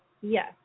Yes